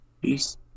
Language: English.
peace